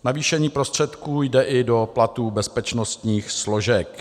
Navýšení prostředků jde i do platů bezpečnostních složek.